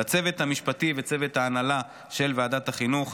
לצוות המשפטי וצוות ההנהלה של ועדת החינוך.